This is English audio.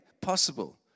possible